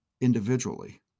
individually